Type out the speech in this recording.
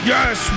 Yes